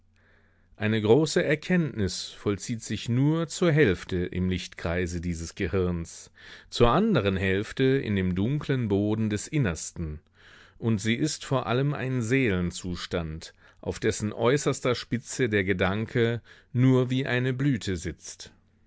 eine große erkenntnis vollzieht sich nur zur hälfte im lichtkreise des gehirns zur andern hälfte in dem dunklen boden des innersten und sie ist vor allem ein seelenzustand auf dessen äußerster spitze der gedanke nur wie eine blüte sitzt